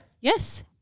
Yes